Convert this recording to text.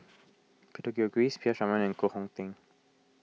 Peter Gilchrist P S Raman and Koh Hong Teng